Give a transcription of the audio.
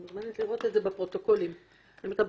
את יכולה לראות זאת בפרוטוקולים של ועדת העיזבונות.